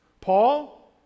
Paul